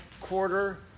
quarter